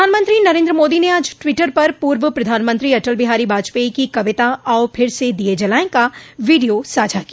प्रधानमंत्री नरेन्द्र मोदी ने आज ट्वीटर पर पूर्व प्रधानमंत्री अटल बिहारी बाजपेयी की कविता आओ फिर से दीये जलाएं का वीडियो साझा किया